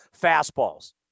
fastballs